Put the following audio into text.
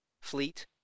fleet